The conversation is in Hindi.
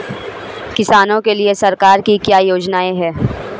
किसानों के लिए सरकार की क्या योजनाएं हैं?